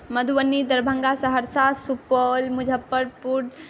Madhubani Darbhanga Saharsa Supaul Muzaffarpur